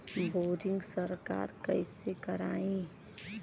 Boring सरकार कईसे करायी?